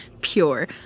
pure